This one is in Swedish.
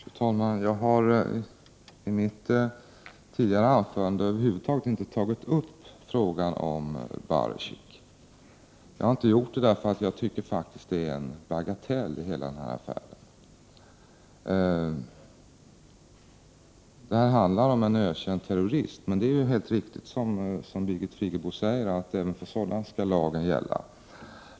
Fru talman! Jag har i mitt tidigare anförande över huvud taget inte tagit upp frågan om Baresic. Jag har inte gjort det, därför att jag faktiskt tycker att hela denna affär är en bagatell. Det handlar om en ökänd terrorist. Men det är riktigt som Birgit Friggebo säger att även för en sådan skall lagen gälla.